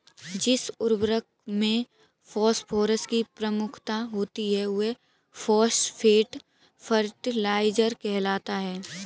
जिस उर्वरक में फॉस्फोरस की प्रमुखता होती है, वह फॉस्फेट फर्टिलाइजर कहलाता है